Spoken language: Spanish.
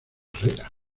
herrera